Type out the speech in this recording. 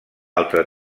altra